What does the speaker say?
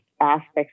aspects